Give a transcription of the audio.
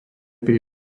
pri